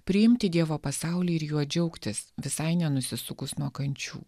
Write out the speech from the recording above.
priimti dievo pasaulį ir juo džiaugtis visai nenusisukus nuo kančių